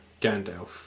gandalf